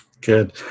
Good